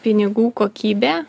pinigų kokybė